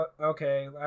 okay